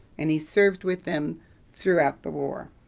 and he served with them throughout the war.